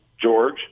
George